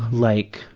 like